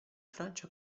francia